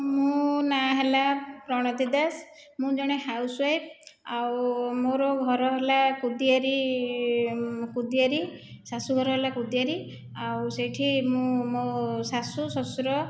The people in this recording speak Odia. ମୋ' ନାଁ ହେଲା ପ୍ରଣତି ଦାସ ମୁଁ ଜଣେ ହାଉସ୍ୱାଇଫ୍ ଆଉ ମୋର ଘର ହେଲା କୁଦିଆରି କୁଦିଆରି ଶାଶୁ ଘର ହେଲା କୁଦିଆରି ଆଉ ସେଠି ମୁଁ ମୋ' ଶାଶୁ ଶ୍ଵଶୁର